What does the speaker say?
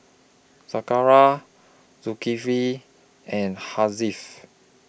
Zakaria Zulkifli and Hasif